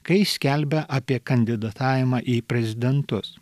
kai jis skelbia apie kandidatavimą į prezidentus